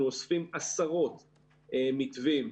אנחנו אוספים עשרות מתווים,